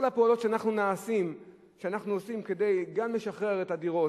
כל הפעולות שאנחנו עושים כדי גם לשחרר את הדירות,